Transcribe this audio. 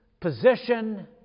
position